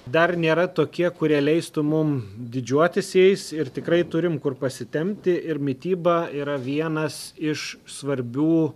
dar nėra tokie kurie leistų mum didžiuotis jais ir tikrai turim kur pasitempti ir mityba yra vienas iš svarbių